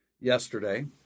yesterday